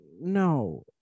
no